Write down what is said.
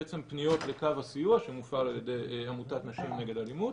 בעצם פניות לקו הסיוע שמופעל על ידי עמותת נשים נגד אלימות